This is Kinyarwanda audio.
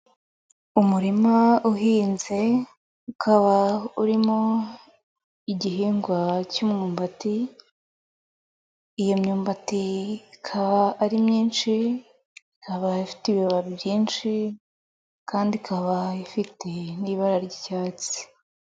Umurima uhinze ukaba urimo igihingwa k'umwumbati, iyo myumbati ikaba ari myinshi, ikabaifite ibibabi byinshi kandi ikaba ifite n'ibara ry'icyatsi.